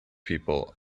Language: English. people